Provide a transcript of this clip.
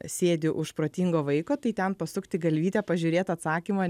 sėdi už protingo vaiko tai ten pasukti galvytę pažiūrėt atsakymą